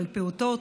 על פעוטות,